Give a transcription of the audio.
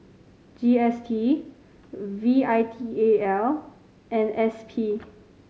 G S T V I T A L and S P